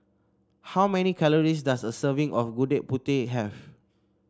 how many calories does a serving of Gudeg Putih have